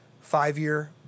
five-year